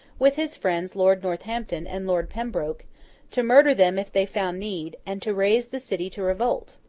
with his friends lord northampton and lord pembroke to murder them if they found need and to raise the city to revolt.